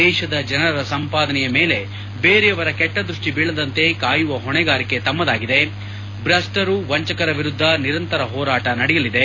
ದೇಶದ ಜನರ ಸಂಪಾದನೆಯ ಮೇಲೆ ಬೇರೆಯವರ ಕೆಟ್ಟ ದೃಷ್ಟಿ ಬೀಳದಂತೆ ಕಾಯುವ ಹೊಣೆಗಾರಿಕೆ ತಮ್ಮದಾಗಿದೆ ಭ್ರಷ್ಷರು ವಂಚಕರ ವಿರುದ್ಧ ನಿರಂತರ ಹೋರಾಟ ನಡೆಯಲಿದೆ